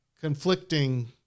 conflicting